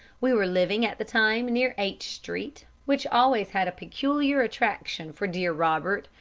we were living at the time near h street, which always had a peculiar attraction for dear robert,